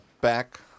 back